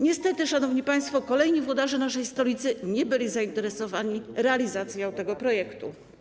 Niestety, szanowni państwo, kolejni włodarze naszej stolicy nie byli zainteresowani realizacją tego projektu.